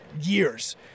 years